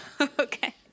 okay